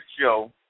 show